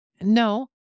No